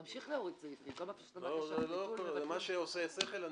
תמשיך להוריד סעיפים --- מה שעושה שכל,